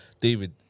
David